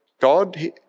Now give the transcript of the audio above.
God